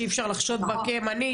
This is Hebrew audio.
שאי אפשר לחשוד בה כימנית,